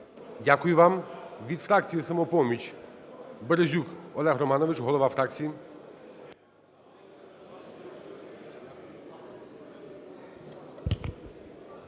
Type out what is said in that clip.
Дякую вам. Від фракції "Самопоміч" Безерюк Олег Романович, голова фракції.